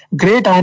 great